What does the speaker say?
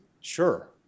Sure